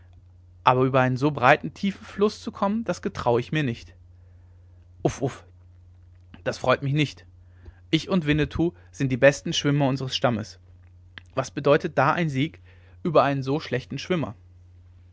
aber über einen so breiten tiefen fluß zu kommen das getraue ich mir nicht uff uff das freut mich nicht ich und winnetou sind die besten schwimmer unsers stammes was bedeutet da ein sieg über einen so schlechten schwimmer